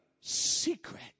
secret